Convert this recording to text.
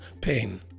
pain